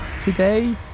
today